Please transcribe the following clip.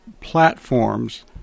platforms